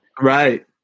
Right